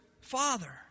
father